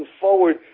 forward